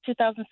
2006